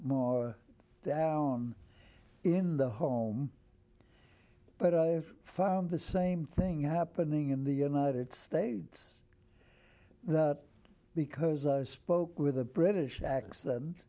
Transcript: more down in the home but i found the same thing happening in the united states that because i spoke with a british accent